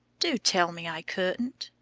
do tell me i couldn't.